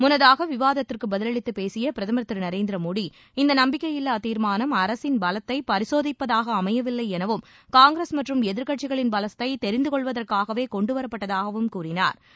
முன்னதாக விவாதத்திற்கு பதிலளித்து பேசிய பிரதமர் திரு நரேந்திர மோடி இந்த நப்பிக்கையில்லா தீர்மானம் அரசின் பலத்தை பரிசோதிப்பதாக அமையவில்லை எனவும் காங்கிரஸ் மற்றும் எதிர்கட்சிகளின் பலத்தை தெரிந்துகொள்வதற்காகவே கொண்டுவரப்பட்டதாகவும் கூறினாா்